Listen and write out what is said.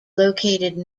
located